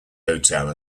hotel